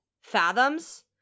fathoms